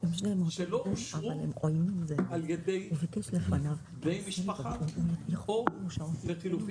שלא אושרו על ידי בני משפחה או לחילופין.